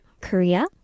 Korea